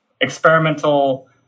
Experimental